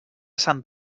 sant